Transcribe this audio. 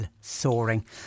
soaring